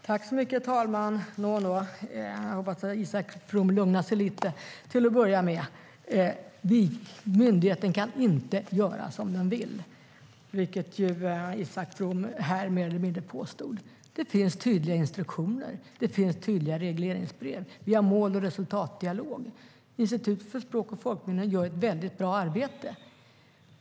Herr talman! Nå, till att börja med får Isak From lugna sig lite. Myndigheten kan inte göra som den vill, vilket ju Isak From här mer eller mindre påstod. Det finns tydliga instruktioner och regleringsbrev. Vi för en mål och resultatdialog. Institutet för språk och folkminnen gör ett väldigt bra arbete.